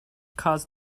caused